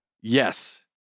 Yes